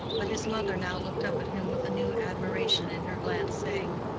but his mother now looked up at him with a new admiration in her glance, saying,